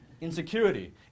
Insecurity